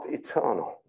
eternal